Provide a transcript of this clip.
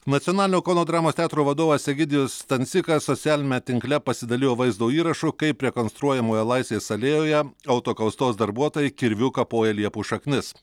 nacionalinio kauno dramos teatro vadovas egidijus stancikas socialiniame tinkle pasidalijo vaizdo įrašu kaip rekonstruojamoje laisvės alėjoje autokaustos darbuotojai kirviu kapoja liepų šaknis